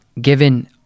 given